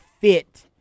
fit